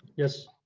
yes.